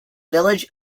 village